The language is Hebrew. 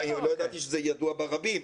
לא ידעתי שזה ידוע ברבים.